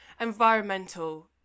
environmental